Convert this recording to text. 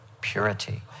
purity